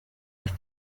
fait